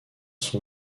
son